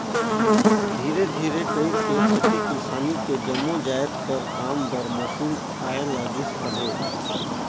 धीरे धीरे कइरके खेती किसानी के जम्मो जाएत कर काम बर मसीन आए लगिस अहे